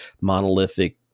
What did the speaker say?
monolithic